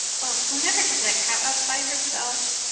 well, she'll never get that cow out by herself.